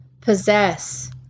possess